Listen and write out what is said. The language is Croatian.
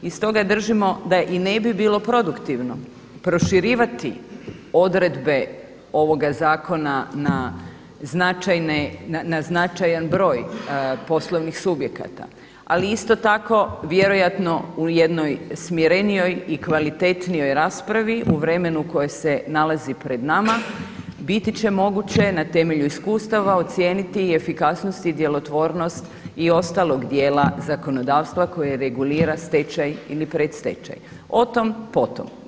I stoga držimo da i ne bi bilo produktivno proširivati odredbe ovoga zakona na značajan broj poslovnih subjekata, ali isto tako vjerojatno u jednoj smirenijoj i kvalitetnoj raspravi u vremenu koje se nalazi pred nama biti će moguće na temelju iskustava ocijeniti i efikasnost i djelotvornost i ostalog dijela zakonodavstva koje regulira stečaj ili predstečaj, o tom po tom.